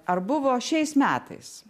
ar buvo šiais metais